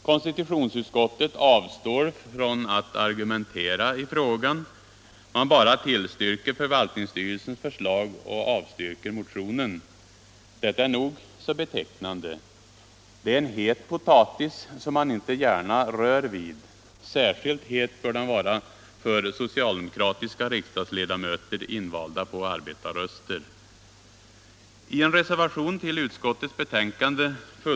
Konstitutionsutskottet avstår från att argumentera i frågan. Man bara tillstyrker förvaltningsstyrelsens förslag och avstyrker motionen. Detta är nog så betecknande. Det är en het potatis som man inte gärna rör vid. Särskilt het bör den vara för socialdemokratiska riksdagsledamöter invalda på arbetarröster.